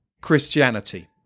christianity